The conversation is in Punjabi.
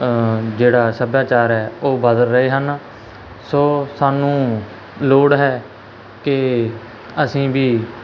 ਜਿਹੜਾ ਸੱਭਿਆਚਾਰ ਹੈ ਉਹ ਬਦਲ ਰਹੇ ਹਨ ਸੋ ਸਾਨੂੰ ਲੋੜ ਹੈ ਕਿ ਅਸੀਂ ਵੀ